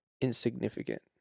Insignificant